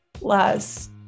less